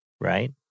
Right